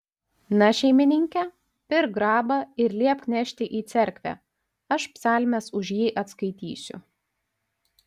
na šeimininke pirk grabą ir liepk nešti į cerkvę aš psalmes už jį atskaitysiu